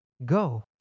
Go